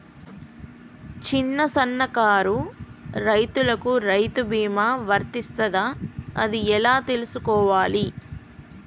చిన్న సన్నకారు రైతులకు రైతు బీమా వర్తిస్తదా అది ఎలా తెలుసుకోవాలి?